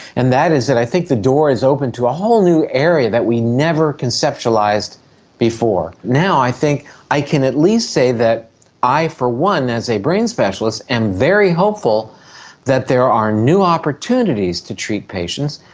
and that is that i think the door is open to a whole new area that we never conceptualised before. now i think i can at least say that i for one as a brain specialist am very hopeful that there are new opportunities to treat patients,